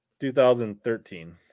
2013